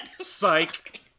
psych